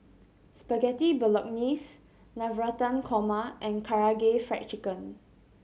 Spaghetti Bolognese Navratan Korma and Karaage Fried Chicken